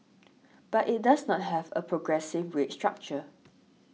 but it does not have a progressive rate structure